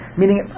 meaning